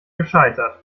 gescheitert